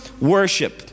worship